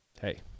Hey